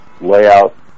layout